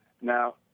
Now